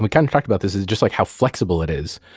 we kind of talked about this, is just like how flexible it is.